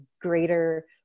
greater